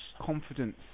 Confidence